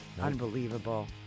unbelievable